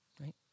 right